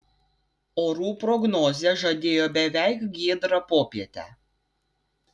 orų prognozė žadėjo beveik giedrą popietę